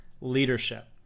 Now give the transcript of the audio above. leadership